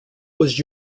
was